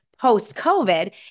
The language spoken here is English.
post-COVID